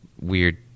weird